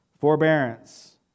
Forbearance